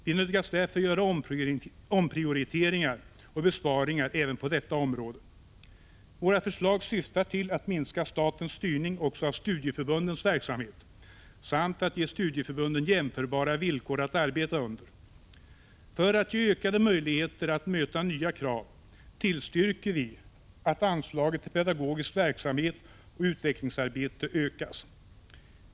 Vi nödgas därför göra omprioriteringar och besparingar även på detta område. Våra förslag syftar till att minska statens styrning också av studieförbundens verksamhet samt att ge studieförbunden jämförbara villkor att arbeta under. För att ge ökade möjligheter att möta nya krav tillstyrker vi att anslaget till pedagogisk verksamhet och utvecklingsarbete ökas.